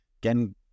again